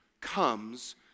comes